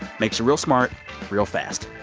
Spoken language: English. makes you real smart real fast.